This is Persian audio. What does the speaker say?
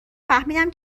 فهمیدم